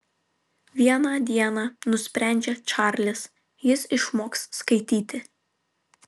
vieną dieną nusprendžia čarlis jis išmoks skaityti